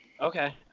Okay